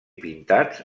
pintats